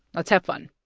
let's have fun